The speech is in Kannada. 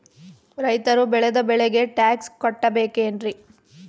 ರೈತರು ಬೆಳೆದ ಬೆಳೆಗೆ ಟ್ಯಾಕ್ಸ್ ಕಟ್ಟಬೇಕೆನ್ರಿ?